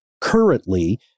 currently